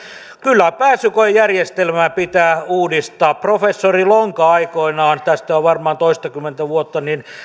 kyllä pääsykoejärjestelmää pitää uudistaa professori lonka aikoinaan tästä on varmaan toistakymmentä vuotta